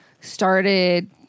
started